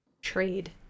trade